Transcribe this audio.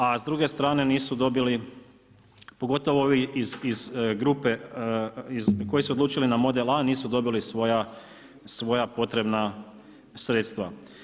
A s druge strane nisu dobili, pogotovo ovi iz grupe, koji su se odlučili na model A nisu dobili svoja potrebna sredstva.